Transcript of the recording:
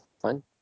Fine